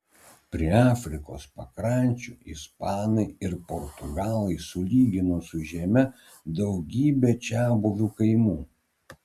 prie afrikos pakrančių ispanai ir portugalai sulygino su žeme daugybę čiabuvių kaimų